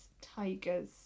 tigers